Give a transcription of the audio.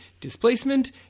displacement